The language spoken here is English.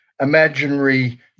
imaginary